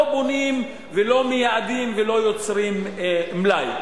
לא בונים ולא מייעדים ולא יוצרים מלאי.